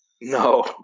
no